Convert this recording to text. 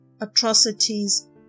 atrocities